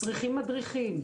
צריכים מדריכים.